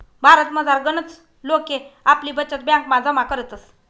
भारतमझार गनच लोके आपली बचत ब्यांकमा जमा करतस